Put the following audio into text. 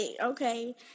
Okay